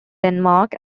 denmark